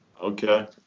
okay